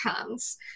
comes